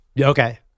Okay